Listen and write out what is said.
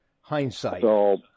Hindsight